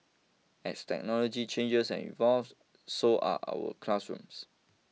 as technology changes and evolves so are our classrooms